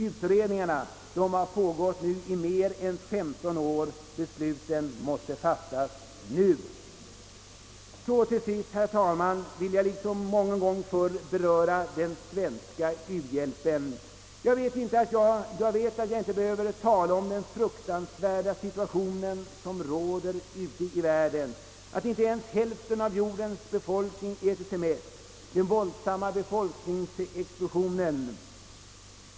Utredningarna har pågått i mer än 15 år — besluten måste fattas nu! Så till sist, herr talman, vill jag liksom mången gång förr beröra den svenska u-hjälpen. Jag vet att jag inte behöver tala om den fruktansvärda situation som råder ute i världen, om att inte ens hälften av jordens befolkning äter sig mätt eller om den våldsamma befolkningsexplosionen.